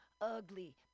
ugly